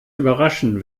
überraschen